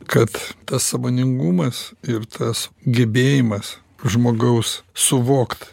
kad tas sąmoningumas ir tas gebėjimas žmogaus suvokt